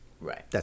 Right